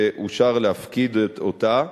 ואושר להפקיד אותה